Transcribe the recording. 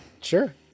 Sure